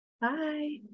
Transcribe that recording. Bye